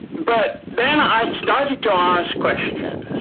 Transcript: but then i started to ask questions.